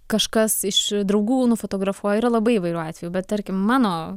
kažkas iš draugų nufotografuoja yra labai įvairių atvejų bet tarkim mano